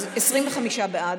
25 בעד,